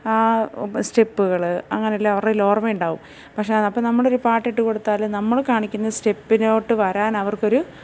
ആ സ്റ്റെപ്പുകൾ അങ്ങനെയെല്ലാം അവരുടെയിൽ ഓർമ്മയുണ്ടാവും പക്ഷെ അപ്പം നമ്മളൊരു പാട്ട് ഇട്ട് കൊടുത്താൽ നമ്മൾ കാണിക്കുന്ന സ്റ്റെപ്പിലോട്ട് വരാൻ അവർക്കൊരു